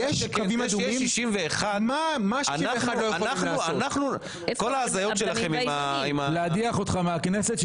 יש 61. כל ההזיות שלכם עם --- להדיח אותך מהכנסת,